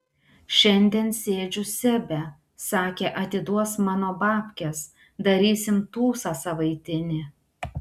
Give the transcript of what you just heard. šiandien sėdžiu sebe sakė atiduos mano babkes darysim tūsą savaitinį